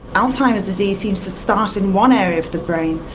alzheimer's disease seems to start in one area of the brain,